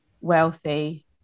wealthy